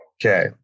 Okay